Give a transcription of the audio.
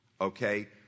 Okay